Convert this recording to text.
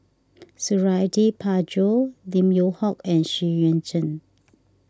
Suradi Parjo Lim Yew Hock and Xu Yuan Zhen